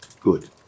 good